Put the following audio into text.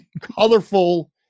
colorful